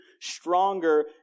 stronger